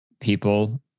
people